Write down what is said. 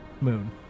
moon